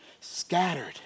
scattered